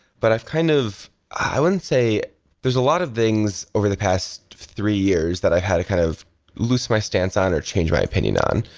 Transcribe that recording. but i've kind of i wouldn't say there's a lot of things over the past three years that i've had kind of lose my stance on or changed my opinion on.